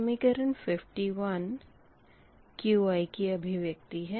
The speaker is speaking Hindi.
समीकरण 51 Qi की अभिव्यक्ति है